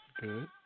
good